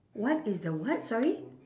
what is the what sorry